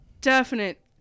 definite